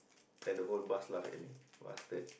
then the whole bus laugh at me bastard